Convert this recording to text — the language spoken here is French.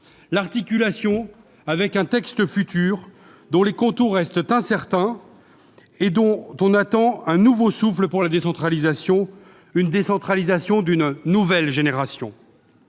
l'articulation avec un texte futur dont les contours restent incertains et dont on attend un nouveau souffle pour la décentralisation, une décentralisation de « nouvelle génération